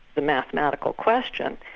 the mathematical question,